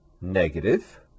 negative